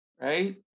right